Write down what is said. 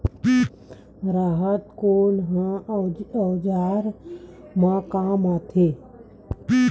राहत कोन ह औजार मा काम आथे?